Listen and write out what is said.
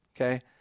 okay